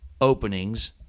openings